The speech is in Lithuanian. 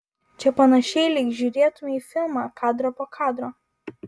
čia panašiai lyg žiūrėtumei filmą kadrą po kadro